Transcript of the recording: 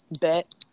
bet